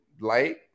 light